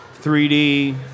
3D